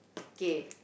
okay